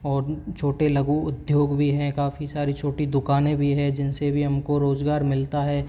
और छोटे लघु उद्योग भी हैं काफ़ी सारी छोटी दुकानें भी हैं जिनसे भी हमको रोज़गार मिलता है